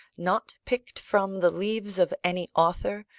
not picked from the leaves of any author,